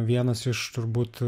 vienas iš turbūt